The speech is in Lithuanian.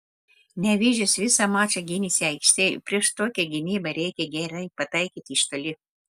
nevėžis visą mačą gynėsi aikšte ir prieš tokią gynybą reikia gerai pataikyti iš toli